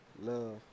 love